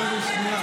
לא, הוא רוצה